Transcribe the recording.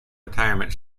retirement